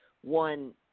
One